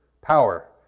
power